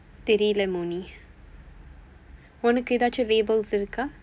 தெரியில்ல:theriyilla moni உனக்கு ஏதாவது:unakku eethaavathu labels இருக்கா:irukkaa